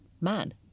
Man